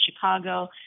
Chicago